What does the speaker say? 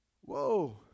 Whoa